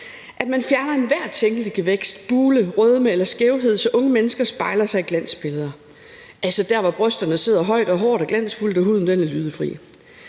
at man ikke fjerner enhver tænkelig gevækst, bule, rødmen eller skævhed, så unge mennesker ikke spejler sig i glansbilleder, altså der, hvor brysterne sidder højt og håret er glansfuldt og huden er lydefri.